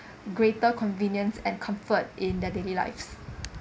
greater convenience and comfort in their daily lives